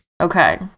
Okay